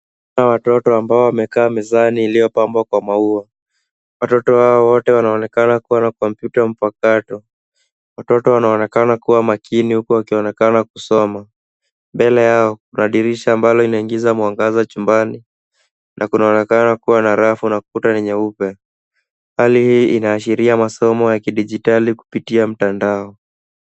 Hawa ni watoto ambao wamekaa mezani iliyopambwa kwa maua. Watoto hao wote wanaonekana kuwa na kompyuta mpakato. Mtoto anaonekana kuwa makini huku akionekana kusoma. Mbele yao kuna dirisha ambalo linaingiza mwangaza chumbani na kunaonekana kuwa na rafu na kuta ya nyeupe. Hali hii inaashiria masomo ya kidijitali kupitia mtandao.